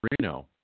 Reno